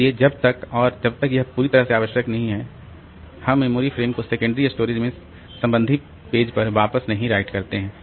इसलिए जब तक और जब तक यह पूरी तरह से आवश्यक नहीं है हम मेमोरी फ्रेम को सेकेंडरी स्टोरेज में संबंधित पेज पर वापस नहीं राइट करते हैं